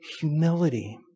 humility